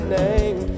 name